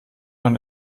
man